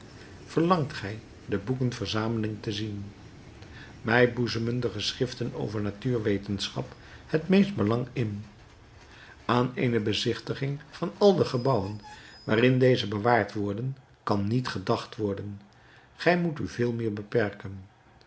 verlangt gij de boekverzameling te zien mij boezemen de geschriften over natuur wetenschap het meeste belang in aan eene bezichtiging van al de gebouwen waarin deze bewaard worden kan niet gedacht worden gij moet u veel meer beperken